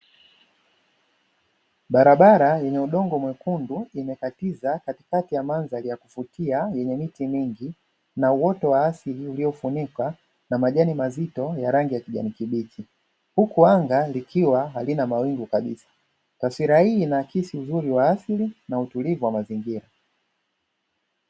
Barabara yenye udongo mwekundu imekatiza katikati ya mandhari ya kuvutia yenye miti mingi na uoto wa asili uliofunikwa na majani mazito ya rangi ya kijani kibichi, huku anga likiwa halina mawingu kabisa. Taswira hii inaakisi uzuri wa asili na utulivu wa mazingira.